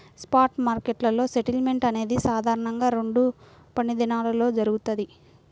spot మార్కెట్లో settlement అనేది సాధారణంగా రెండు పనిదినాల్లో జరుగుతది,